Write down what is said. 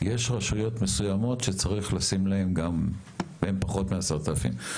יש רשויות מסוימות שצריך לשים להן גם והן פחות מ-10,000 תושבים.